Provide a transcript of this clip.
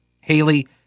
haley